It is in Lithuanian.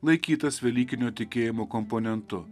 laikytas velykinio tikėjimo komponentu